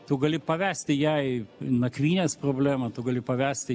tu gali pavesti jai nakvynės problemą tu gali pavesti